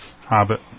Hobbit